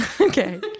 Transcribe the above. Okay